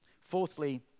Fourthly